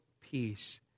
peace